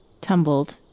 tumbled